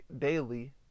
daily